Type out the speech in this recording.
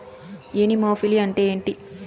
Anemophily అంటే ఏంటి?